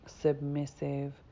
submissive